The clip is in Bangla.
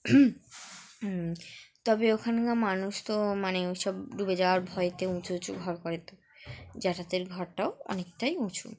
তবে ওখানকার মানুষ তো মানে ওই সব ডুবে যাওয়ার ভয়তে উঁচু উঁচু ঘর করে জ্যাঠাদের ঘরটাও অনেকটাই উঁচু